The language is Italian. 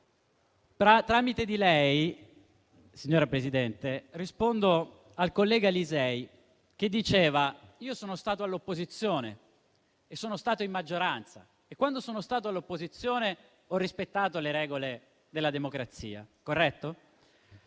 Tramite lei, signora Presidente, rispondo al collega Lisei che diceva: io sono stato all'opposizione e sono stato in maggioranza; quando sono stato all'opposizione, ho rispettato le regole della democrazia. Corretto?